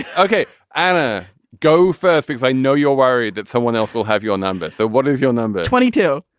and okay ah gonna go first because i know you're worried that someone else will have your number. so what is your number twenty two.